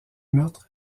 meurtre